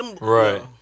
Right